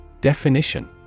Definition